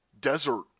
desert